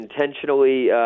intentionally